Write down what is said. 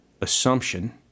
assumption